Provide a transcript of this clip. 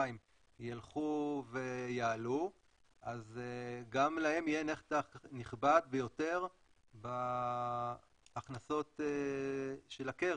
יילכו ויעלו אז גם להם יהיה נתח נכבד ביותר בהכנסות של הקרן.